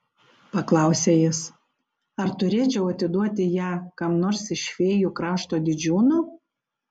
paklausė jis ar turėčiau atiduoti ją kam nors iš fėjų krašto didžiūnų